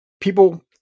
people